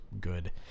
good